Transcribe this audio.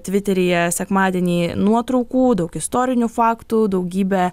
tviteryje sekmadienį nuotraukų daug istorinių faktų daugybę